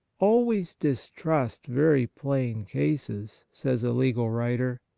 always distrust very plain cases, says a legal writer.